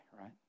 right